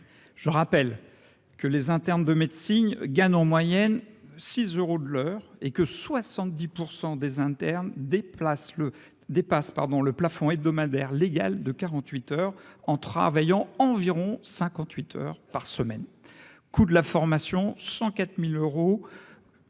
je rappelle que les internes de médecine Gannon moyenne six euros de l'heure et que 70 % des internes, des le dépasse, pardon le plafond hebdomadaire légal de 48 heures, en travaillant, environ 58 heures par semaine, coût de la formation 104000 euros.